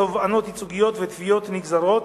תובענות ייצוגיות ותביעות נגזרות